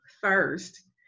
first